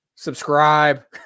Subscribe